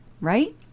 right